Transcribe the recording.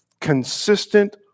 consistent